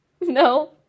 No